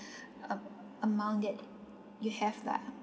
uh amount that you have lah